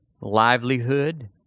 livelihood